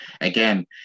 again